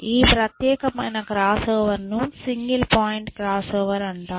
ఈ ప్రత్యేకమైన క్రాస్ ఓవర్ను సింగిల్ పాయింట్ క్రాస్ ఓవర్ అంటారు